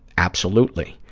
absolutely.